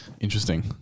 interesting